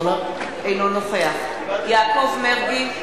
אינו נוכח יעקב מרגי,